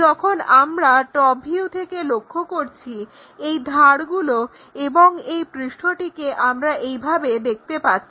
যখন আমরা top view থেকে লক্ষ্য করছি এই ধারগুলো এবং এই পৃষ্ঠটিকে আমরা এইভাবে দেখতে পাচ্ছি